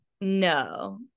no